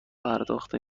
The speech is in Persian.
پرداخت